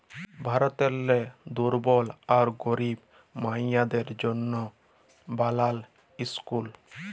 ভারতেরলে দুর্বল আর গরিব মাইয়াদের জ্যনহে বালাল ইসকুল